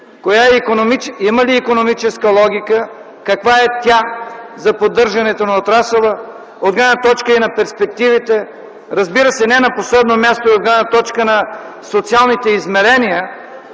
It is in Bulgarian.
има ли икономическа логика, каква е тя за поддържането на отрасъла от гледна точка и на перспективите. Разбира се, не на последно място и от гледна точка на социалните измерения